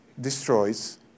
destroys